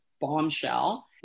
bombshell